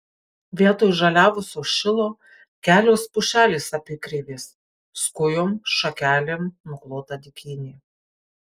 vietoj žaliavusio šilo kelios pušelės apykreivės skujom šakelėm nuklota dykynė